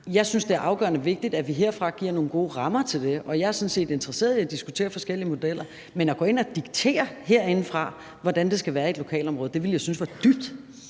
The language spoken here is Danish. jeg synes, det er afgørende vigtigt, at vi herfra giver nogle gode rammer til det. Jeg er sådan set interesseret i at diskutere forskellige modeller, men at gå ind og diktere herindefra, hvordan det skal være i et lokalområde, ville jeg synes var dybt